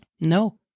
No